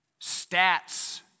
stats